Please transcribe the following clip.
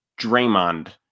Draymond